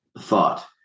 thought